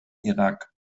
irak